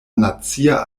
nacia